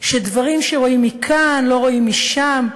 שדברים שרואים מכאן לא רואים משם.